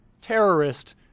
terrorist